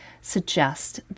suggest